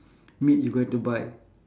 meat you going to buy